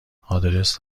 آدرس